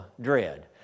dread